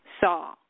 saw